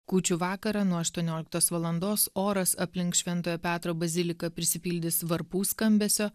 kūčių vakarą nuo aštuonioliktos valandos oras aplink šventojo petro baziliką prisipildys varpų skambesio